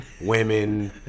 Women